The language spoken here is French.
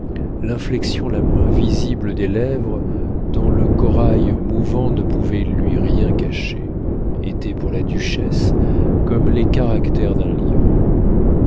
l'inflexion la moins visible des lèvres dont le corail mouvant ne pouvait lui rien cacher étaient pour la duchesse comme les caractères d'un livre